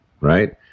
Right